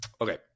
Okay